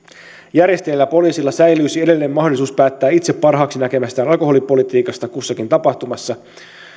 järjestäjillä ja poliisilla säilyisi edelleen mahdollisuus päättää itse parhaaksi näkemästään alkoholipolitiikasta kussakin tapahtumassa